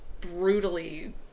brutally